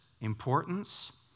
Importance